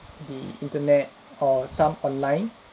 the internet or some online